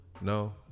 No